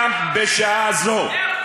גם בשעה זו, מאה אחוז.